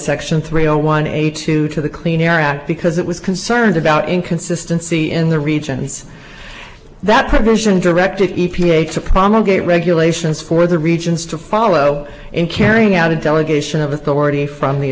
section three zero one eight two to the clean air act because it was concerned about inconsistency in the regions that prohibition directed e p a to promulgated regulations for the regions to follow in carrying out a delegation of authority from the